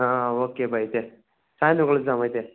okay బా అయితే సాయంత్రం కలుద్దాం అయితే